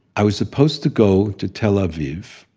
i was supposed to go to tel aviv,